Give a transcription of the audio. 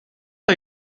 are